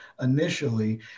initially